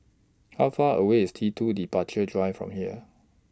How Far away IS T two Departure Drive from here